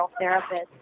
therapist